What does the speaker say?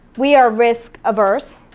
we are risk averse.